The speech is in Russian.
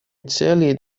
цели